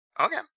okay